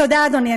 תודה, אדוני.